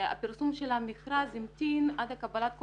הפרסום של המכרז המתין עד קבלת כל